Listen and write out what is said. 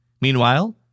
Meanwhile